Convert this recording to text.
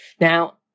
Now